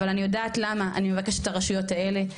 אבל אני יודעת למה אני מבקשת את הרשויות האלה.